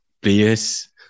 players